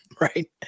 right